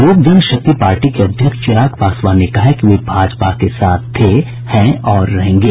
लोक जनशक्ति पार्टी के अध्यक्ष चिराग पासवान ने कहा है कि वे भाजपा के साथ थे हैं और रहेंगे